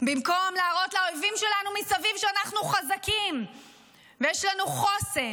במקום להראות לאויבים שלנו מסביב שאנחנו חזקים ויש לנו חוסן.